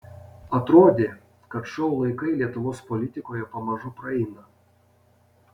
atrodė kad šou laikai lietuvos politikoje pamažu praeina